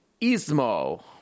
Ismo